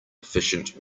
efficient